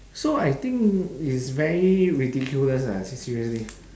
so I think it's very ridiculous ah s~ seriously